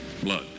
blood